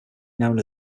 known